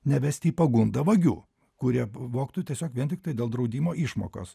nevesti į pagundą vagių kurie vogtų tiesiog vien tiktai dėl draudimo išmokos